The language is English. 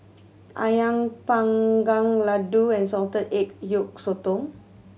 Ayam Panggang laddu and salted egg yolk sotong